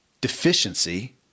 deficiency